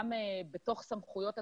גם בתוך סמכויות הצבא,